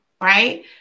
right